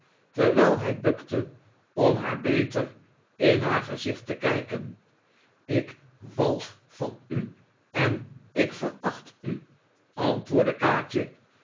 terwijl hij bukte om haar beter in haar gezicht te kijken ik walg van u en ik veracht u antwoordde kaatje